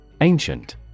Ancient